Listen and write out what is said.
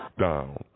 down